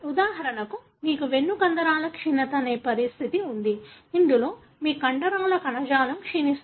ఉదాహరణకు మీకు వెన్నుకండరాల క్షీణత అనే పరిస్థితి ఉంది ఇందులో మీ కండరాల కణజాలం క్షీణిస్తుంది